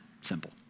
simple